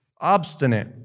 obstinate